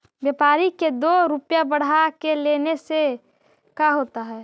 व्यापारिक के दो रूपया बढ़ा के लेने से का होता है?